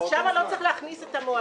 עכשיו צריך להכניס את המועדים,